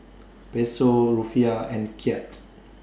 Peso Rufiyaa and Kyat